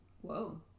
Whoa